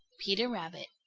peter rabbit.